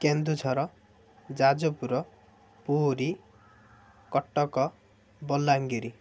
Keonjhar Jajpur Puri Cuttack Balangir